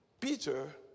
Peter